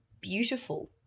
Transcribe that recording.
beautiful